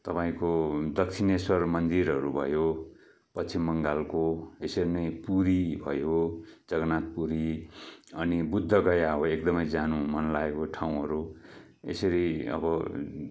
तपाईँको दक्षिणेश्वर मन्दिरहरू भयो पश्विम बङ्गालको यसरी नै पुरी भयो गजनाथ पुरी अनि बुद्धगया अब एकदमै जानु मन लागेको ठाउँहरू यसरी अब